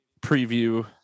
preview